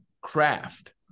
craft